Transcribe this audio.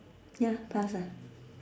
ya pass